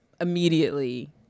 immediately